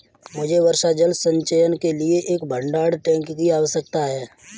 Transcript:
मुझे वर्षा जल संचयन के लिए एक भंडारण टैंक की आवश्यकता है